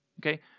Okay